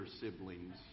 siblings